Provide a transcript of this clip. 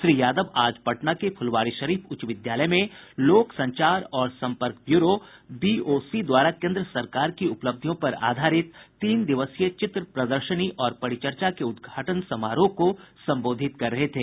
श्री यादव आज पटना के फुलवारीशरीफ उच्च विद्यालय में लोक संचार और संपर्क ब्यूरो बीओसी द्वारा केन्द्र सरकार की उपलब्धियों पर आधारित तीन दिवसीय चित्र प्रदर्शनी और परिचर्चा के उद्घाटन समारोह को संबोधित कर रहे थे